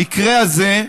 המקרה הזה,